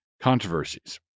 controversies